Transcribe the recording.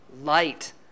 light